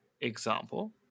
example